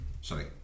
sorry